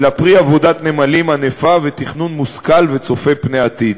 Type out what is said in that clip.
אלא פרי עבודת נמלים ענפה ותכנון מושכל וצופה פני עתיד.